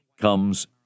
comes